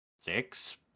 six